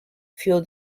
fuel